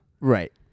Right